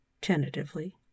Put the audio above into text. tentatively